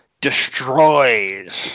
destroys